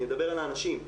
אני מדבר על האנשים,